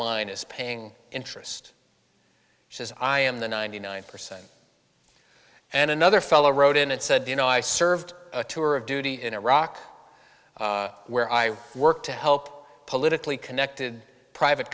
line is paying interest says i am the ninety nine percent and another fellow wrote in and said you know i served a tour of duty in iraq where i work to help politically connected private